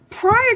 Prior